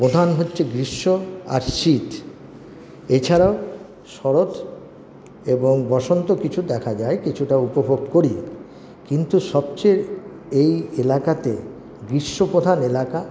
প্রধান হচ্ছে গ্রীষ্ম আর শীত এছাড়াও শরৎ এবং বসন্ত কিছু দেখা দেয় কিছুটা উপভোগ করি কিন্তু সবচেয়ে এই এলাকাতে গ্রীষ্মপ্রধান এলাকা